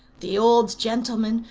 the old gentleman,